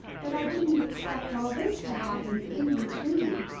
but i didn't expect all this to happen in between.